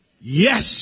Yes